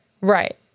right